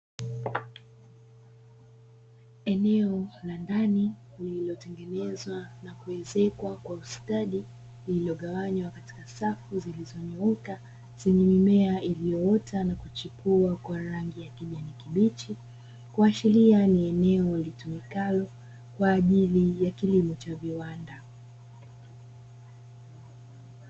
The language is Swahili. Eneo la ndani lililotengenezwa na kuezekwa kwa ustadi lililogawanywa katika safu zilizonyooka zenye mimea iliyoota na kuchipua kwa rangi ya kijani kibichi kuashiria ni eneo litumikalo kwa ajili ya kilimo cha viwanda.